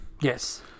Yes